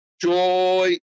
joy